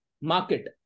market